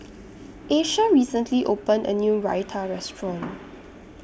Asia recently opened A New Raita Restaurant